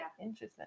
interesting